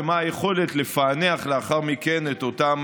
ומה היכולת לפענח לאחר מכן את אותם